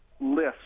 list